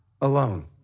alone